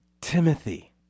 Timothy